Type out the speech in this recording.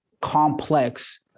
complex